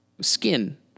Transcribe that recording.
Skin